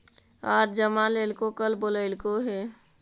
आज जमा लेलको कल बोलैलको हे?